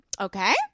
okay